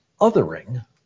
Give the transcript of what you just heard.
othering